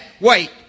Wait